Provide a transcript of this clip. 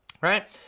right